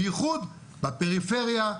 בייחוד בפריפריה,